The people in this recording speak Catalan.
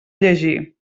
llegir